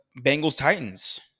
Bengals-Titans